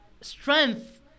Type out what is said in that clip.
strength